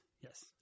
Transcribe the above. yes